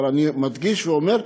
אבל אני מדגיש ואומר,